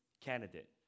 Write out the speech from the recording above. candidate